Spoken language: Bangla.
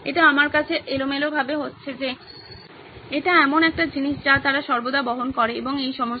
এটা আমার কাছে এলোমেলোভাবে হচ্ছে যে এটি এমন একটি জিনিস যা তারা সর্বদা বহন করে এবং এই সমস্ত